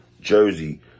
Jersey